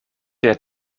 der